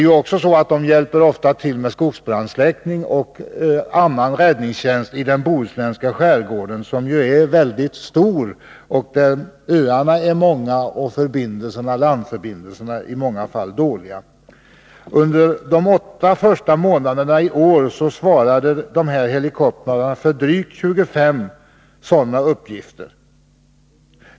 Helikoptrarna används också ofta till skogsbrandssläckning och annan räddningstjänst i den bohuslänska skärgården, som är mycket stor. Öarna är många och landförbindelserna i många fall dåliga. Under de åtta första månaderna i år svarade helikoptrarna för drygt 25 sådana uppgifter.